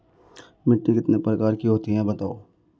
मिट्टी कितने प्रकार की होती हैं बताओ?